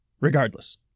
Regardless